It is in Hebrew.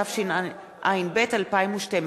התשע"ב 2012,